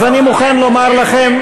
אז אני מוכן לומר לכם,